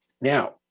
Now